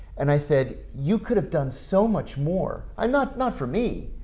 and i said, you could have done so much more. i'm not not for me,